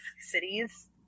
cities